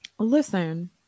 Listen